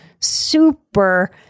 super